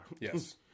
Yes